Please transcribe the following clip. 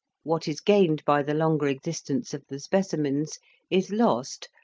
what is gained by the longer existence of the specimens is lost,